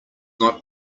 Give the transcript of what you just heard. not